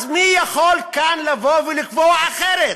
אז מי יכול כאן לבוא ולקבוע אחרת?